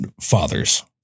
fathers